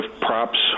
props